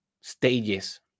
stages